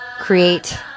create